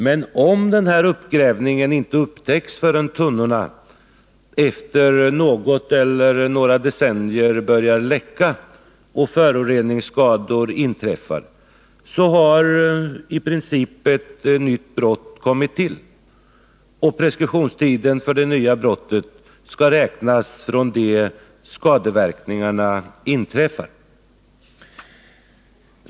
Men om denna nedgrävning inte upptäcks förrän tunnorna om något eller några decennier börjar läcka och föroreningsskador inträffar, så har i princip ett nytt brott kommit till, och preskriptionstiden för det nya brottet skall räknas från det att skadeverkningarna inträffat.